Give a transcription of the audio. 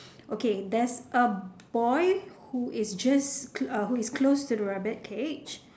okay there's a boy who is just who is close to the rabbit cage